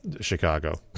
Chicago